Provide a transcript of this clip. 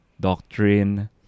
doctrine